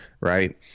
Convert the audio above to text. right